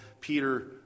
Peter